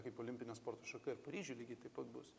kaip olimpinė sporto šaka paryžiuj lygiai taip pat bus taip